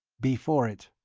before it.